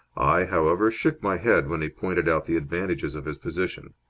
i, however, shook my head when he pointed out the advantages of his position.